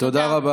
תודה.